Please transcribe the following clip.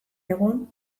egun